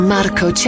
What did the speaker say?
Marco